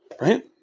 right